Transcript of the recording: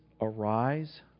arise